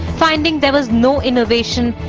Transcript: finding there was no innovation,